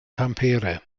tampere